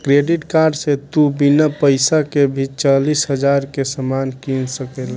credit card से तू बिना पइसा के भी चालीस हज़ार के सामान किन सकेल